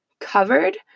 covered